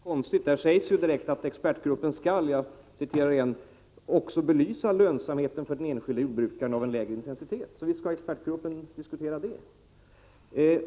Herr talman! Arne Andersson i Ljung läser mitt svar på ett konstigt sätt. Där sägs ju direkt att i detta sammanhang kommer även ”lönsamheten för den enskilde jordbrukaren av en lägre intensitet att belysas”. Så visst skall expertgruppen diskutera detta.